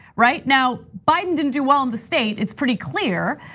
right now biden didn't do well in the state. it's pretty clear.